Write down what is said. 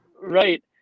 Right